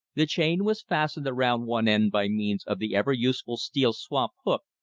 the chain was fastened around one end by means of the ever-useful steel swamp-hook,